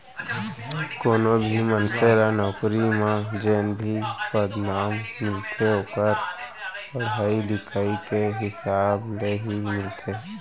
कोनो भी मनसे ल नउकरी म जेन भी पदनाम मिलथे ओखर पड़हई लिखई के हिसाब ले ही मिलथे